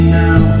now